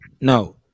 No